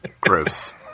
Gross